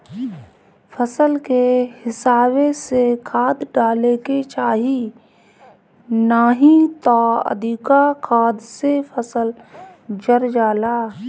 फसल के हिसाबे से खाद डाले के चाही नाही त अधिका खाद से फसल जर जाला